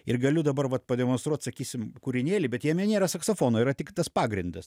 ir galiu dabar vat pademonstruot sakysim kūrinėlį bet jame nėra saksofono yra tik tas pagrindas